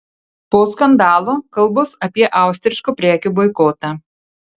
po skandalo kalbos apie austriškų prekių boikotą